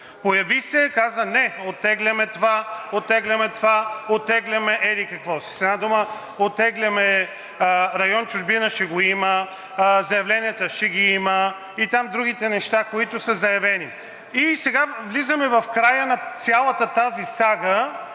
появи се и каза – не, оттегляме това, оттегляме това, оттегляме еди-какво си. С една дума, район „Чужбина“ ще го има, заявленията ще ги има и там другите неща, които са заявени. Сега влизаме в края на цялата тази сага